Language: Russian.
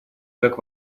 как